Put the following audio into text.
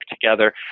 together